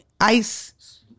Ice